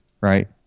right